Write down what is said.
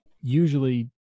usually